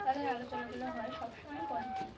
তাদের আলোচনাগুলো হয় সবসময় পজিটিভ